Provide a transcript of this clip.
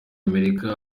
murika